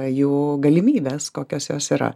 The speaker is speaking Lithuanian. jų galimybes kokios jos yra